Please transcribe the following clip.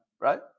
right